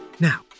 Now